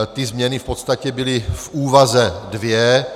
Ty změny v podstatě byly v úvaze dvě.